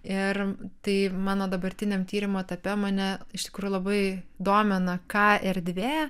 ir tai mano dabartiniam tyrimo etape mane iš tikrųjų labai domina ką erdvė